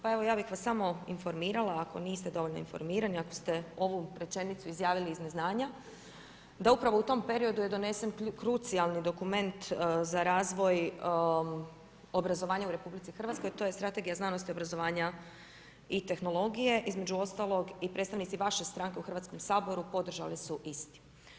Pa evo, ja bih vas samo informirala, ako niste dovoljno informirani, ako ste ovu rečenicu izjavili iz neznanja, da upravo u tom periodu je donesen krucijalan dokument za razvoj obrazovanja u RH, a to je strategija znanosti, obrazovanja i tehnologije, između ostalog i predstavnici vaše stranke u Hrvatskom saboru, podržali su isti.